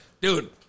Dude